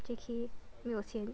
J K 没有钱